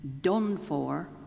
done-for